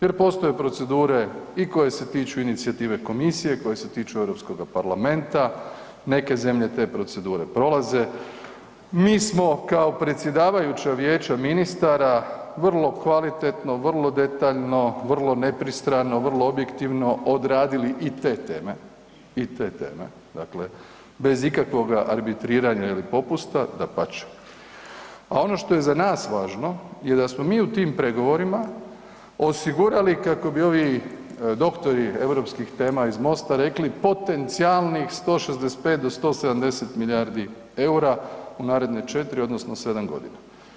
Jer postoje procedura i koja se tiču inicijative komisije, koji se tiču EU parlamenta, neke zemlje te procedure prolaze, mi smo kao predsjedavajuća vijeća ministara vrlo kvalitetno, vrlo detaljno, vrlo nepristrano, vrlo objektivno odradili i te teme i te teme, dakle, bez ikakvoga arbitriranja ili popusta, dapače, a ono što je za nas važno je da smo mi u tim pregovorima, osigurali, kako bi ovi doktori europskih tema iz Mosta rekli, potencijalnih 165 do 170 milijardi eura u naredne 4 odnosno 7 godina.